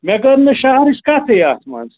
مےٚ کٔر نہٕ شَہرٕچ کَتھٕے اَتھ منٛز